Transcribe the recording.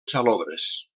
salobres